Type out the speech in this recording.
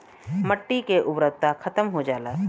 मट्टी के उर्वरता खतम हो जाला